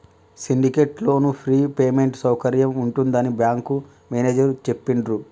syndicate loan free payment సౌకర్యం ఉంటుందని bank manager చెప్పిండ్రు